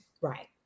Right